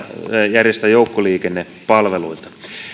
järjestää joukkoliikennepalveluita